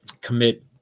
commit